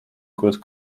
good